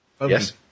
Yes